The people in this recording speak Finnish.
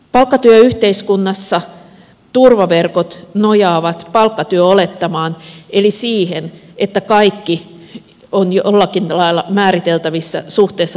palkkatyöyhteiskunnassa turvaverkot nojaavat palkkatyöolettamaan eli siihen että kaikki on jollakin lailla määriteltävissä suhteessa palkkatyöhön